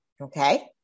Okay